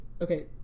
okay